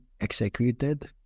executed